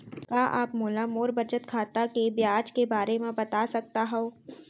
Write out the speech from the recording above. का आप मोला मोर बचत खाता के ब्याज के बारे म बता सकता हव?